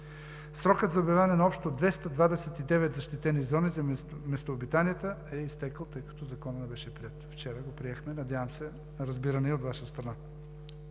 Срокът за обявяване на общо 229 защитени зони за местообитанията е изтекъл, тъй като Законът не беше приет – вчера го приехме. Надявам се на разбиране и от Ваша страна.